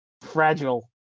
fragile